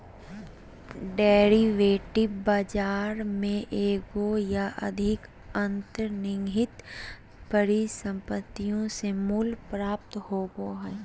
derivative बाजार में एगो या अधिक अंतर्निहित परिसंपत्तियों से मूल्य प्राप्त होबो हइ